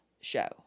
show